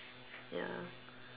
ya